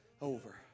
over